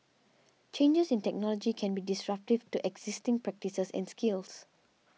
changes in technology can be disruptive to existing practices and skills